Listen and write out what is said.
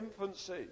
infancy